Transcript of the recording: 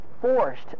forced